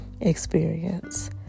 experience